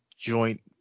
joint